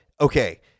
okay